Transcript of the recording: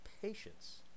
patience